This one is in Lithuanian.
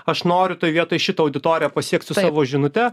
aš noriu toj vietoj šitą auditoriją pasiekt savo žinute